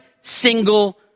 single